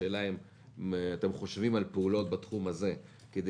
השאלה אם אתם חושבים על פעולות בתחום הזה כדי